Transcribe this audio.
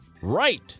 right